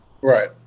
right